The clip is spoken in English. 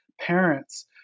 parents